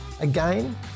Again